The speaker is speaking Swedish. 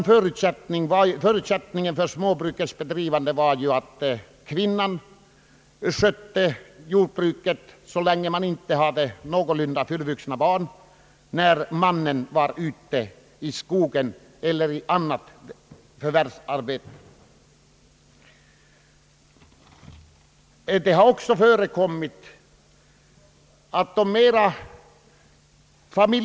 Förutsättningen för småbrukets bedrivande var ju att kvinnan skötte jordbruket när mannen var ute i skogen eller i annat förvärvsarbete och familjen inte hade någorlunda fullvuxna barn.